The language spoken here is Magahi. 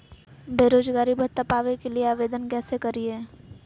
बेरोजगारी भत्ता पावे के लिए आवेदन कैसे करियय?